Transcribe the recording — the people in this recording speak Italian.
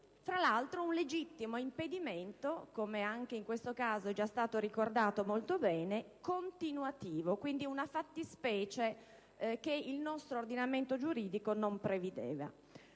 fra l'altro un legittimo impedimento ‑ anche in questo senso è stato già ricordato molto bene ‑ continuativo, quindi una fattispecie che il nostro ordinamento giuridico non prevedeva.